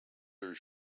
her